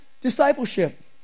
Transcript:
discipleship